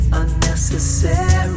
unnecessary